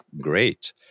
great